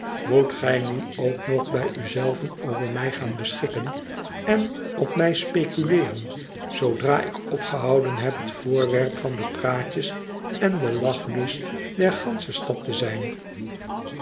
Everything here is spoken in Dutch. moet gij nu ook nog bij u zelven over mij gaan beschikken en op mij speculeeren zoodra ik opgehouden heb het voorwerp van de praatjes en den lachlust der gansche stad te zijn